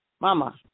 mama